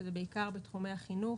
שזה בעיקר בתחום החינוך,